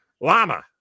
Llama